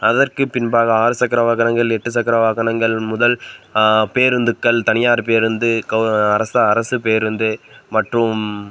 அதற்கு பின்பாக ஆறுசக்கர வாகனங்கள் எட்டு சக்கர வாகனங்கள் முதல் பேருந்துகள் தனியார் பேருந்து கவு அரசு அரசு பேருந்து மற்றும்